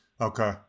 Okay